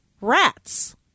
rats